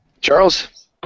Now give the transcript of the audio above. Charles